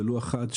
ולו אחת,